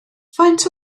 faint